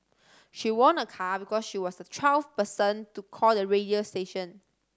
she won a car because she was the twelfth person to call the radio station